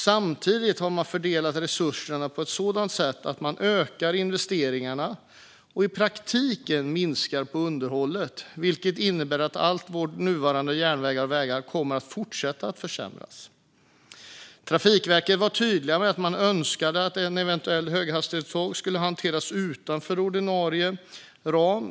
Samtidigt har man fördelat resurserna på ett sådant sätt att man ökar investeringarna och i praktiken minskar på underhållet, vilket innebär att alla våra nuvarande järnvägar och vägar kommer att fortsätta att försämras. Trafikverket var tydliga med att man önskade att ett eventuellt höghastighetståg skulle hanteras utanför ordinarie ram.